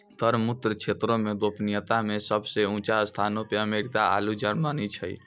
कर मुक्त क्षेत्रो मे गोपनीयता मे सभ से ऊंचो स्थानो पे अमेरिका आरु जर्मनी छै